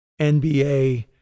NBA